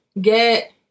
get